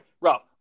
Rob